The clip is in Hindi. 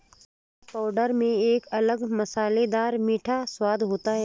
गदा पाउडर में एक अलग मसालेदार मीठा स्वाद होता है